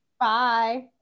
Bye